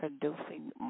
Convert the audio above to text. producing